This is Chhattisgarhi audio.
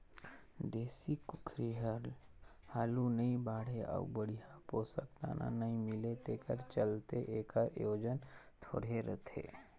देसी कुकरी हर हालु नइ बाढ़े अउ बड़िहा पोसक दाना नइ मिले तेखर चलते एखर ओजन थोरहें रहथे